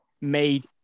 made